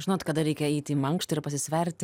žinot kada reikia eiti į mankštą ir pasisverti